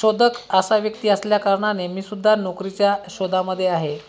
शोधक असा व्यक्ती असल्या कारणाने मीसुद्धा नोकरीच्या शोधामध्ये आहे